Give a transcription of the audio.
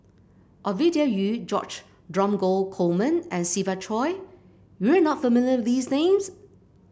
Ovidia Yu George Dromgold Coleman and Siva Choy you are not familiar these names